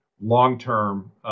long-term